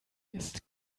ist